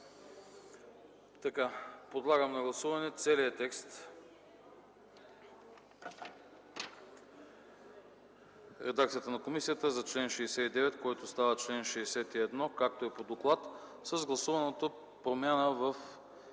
Подлагам на гласуване целия текст в редакцията на комисията за чл. 69, който става чл. 61, както е по доклад, с гласуваната промяна на